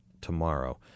tomorrow